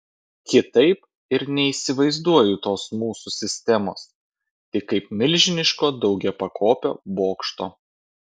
kitaip ir neįsivaizduoju tos mūsų sistemos tik kaip milžiniško daugiapakopio bokšto